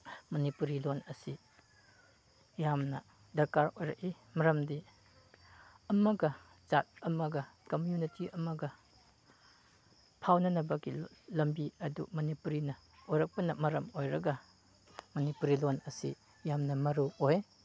ꯃꯅꯤꯄꯨꯔꯤ ꯂꯣꯟ ꯑꯁꯤ ꯌꯥꯝꯅ ꯗꯔꯀꯥꯔ ꯑꯣꯏꯔꯛꯏ ꯃꯔꯝꯗꯤ ꯑꯃꯒ ꯖꯥꯠ ꯑꯃꯒ ꯀꯃ꯭ꯌꯨꯅꯤꯇꯤ ꯑꯃꯒ ꯐꯥꯎꯅꯅꯕꯒꯤ ꯂꯝꯕꯤ ꯑꯗꯨ ꯃꯅꯤꯄꯨꯔꯤꯅ ꯑꯣꯏꯔꯛꯄꯅ ꯃꯇꯝ ꯑꯣꯏꯔꯒ ꯃꯅꯤꯄꯨꯔꯤ ꯂꯣꯟ ꯑꯁꯤ ꯌꯥꯝꯅ ꯃꯔꯨ ꯑꯣꯏ